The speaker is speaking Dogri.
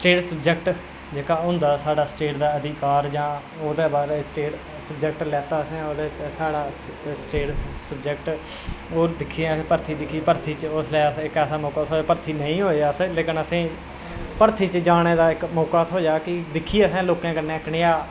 स्टेट सब्जेक्ट जेह्का होंदा साढ़े स्टेट दा अधिकार जां ओह्दे बाद स्टेट सब्जेक्ट लैता असें ओह्दे च साढ़ा स्टेट सब्जेक्ट ओह् दिक्खेआ ते भरथी दिक्खी ते ओह्दे च असें इक्क ऐसा मौका थ्होआ भरथी नेईं होये अस लेकिन असें ई इक्क भरथी च जाने दा इक्क मौका थ्होआ की दिक्खी असें लोकें कन्नै कनेहा